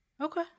Okay